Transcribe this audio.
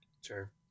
Sure